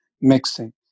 mixing